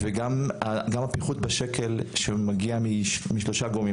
גם הפיחות בשקל שמגיע משלושה גורמים,